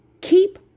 keep